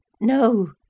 No